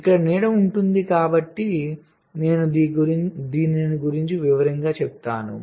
ఇక్కడ నీడ ఉంటుందికాబట్టి నేను దీన్నిగురించి వివరంగా చెప్తాను